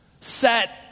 set